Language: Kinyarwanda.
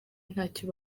ntacyo